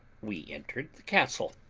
we entered the castle.